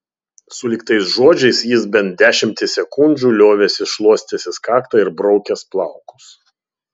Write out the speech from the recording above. sulig tais žodžiais jis bent dešimtį sekundžių liovėsi šluostęsis kaktą ir braukęs plaukus